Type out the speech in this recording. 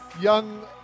young